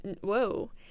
whoa